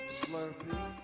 slurpee